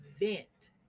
event